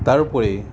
তাৰোপৰি